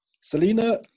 selena